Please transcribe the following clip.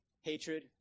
Hatred